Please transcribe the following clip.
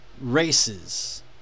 races